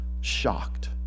shocked